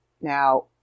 Now